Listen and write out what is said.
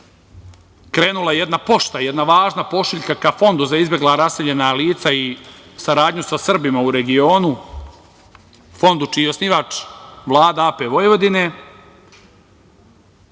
krenula jedan pošta, jedan važna pošiljka ka Fondu za izbegla i raseljena lica i saradnju sa Srbima u regionu, fondu čiji je osnivač Vlada AP Vojvodine,